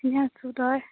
এনেই আছোঁ তই